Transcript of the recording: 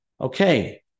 Okay